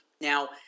Now